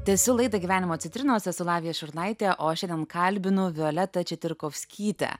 tęsiu laidą gyvenimo citrinos esu lavija šurnaitė o šiam kalbinu violetą četyrkovskytę